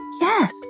yes